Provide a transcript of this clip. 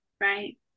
Right